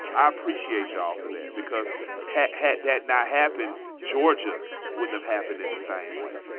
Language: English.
i appreciate y'all for that because had had that not happened, georgia wouldn't have happened in the same way,